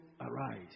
arise